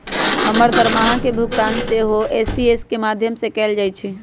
हमर दरमाहा के भुगतान सेहो इ.सी.एस के माध्यमें से कएल जाइ छइ